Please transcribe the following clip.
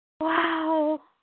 Wow